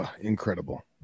Incredible